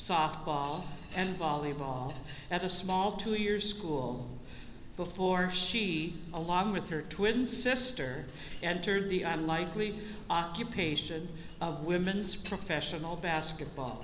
softball and volleyball at a small two years school before she along with her twin sister entered the i'm likely occupation of women's professional basketball